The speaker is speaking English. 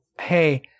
hey